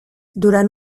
durant